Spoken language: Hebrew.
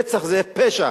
רצח זה פשע,